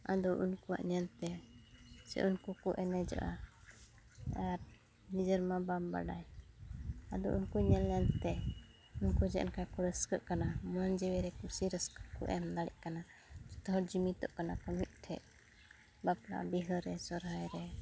ᱟᱫᱚ ᱩᱱᱠᱩᱣᱟᱜ ᱧᱮᱞᱛᱮ ᱥᱮ ᱩᱱᱠᱩ ᱠᱚ ᱮᱱᱮᱡᱚᱜᱼᱟ ᱟᱨ ᱱᱤᱡᱮᱨ ᱢᱟ ᱵᱟᱢ ᱵᱟᱰᱟᱭ ᱟᱫᱚ ᱩᱱᱠᱩ ᱧᱮᱞᱼᱧᱮᱞᱛᱮ ᱩᱱᱠᱩ ᱪᱮᱫ ᱞᱮᱠᱟ ᱠᱚ ᱨᱟᱹᱥᱠᱟᱜ ᱠᱟᱱᱟ ᱢᱚᱱ ᱡᱤᱣᱤ ᱨᱮ ᱠᱩᱥᱤ ᱨᱟᱹᱥᱠᱟᱹ ᱠᱚ ᱮᱢ ᱫᱟᱲᱮᱜ ᱠᱟᱱᱟ ᱡᱚᱛᱚ ᱦᱚᱲ ᱡᱩᱢᱤᱫᱚᱜ ᱠᱟᱱᱟ ᱠᱚ ᱢᱤᱫ ᱴᱷᱮᱱ ᱵᱟᱯᱞᱟ ᱵᱤᱦᱟᱹᱨᱮ ᱥᱚᱨᱦᱟᱭ ᱨᱮ